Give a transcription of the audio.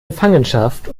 gefangenschaft